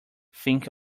think